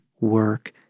work